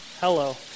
Hello